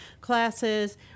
classes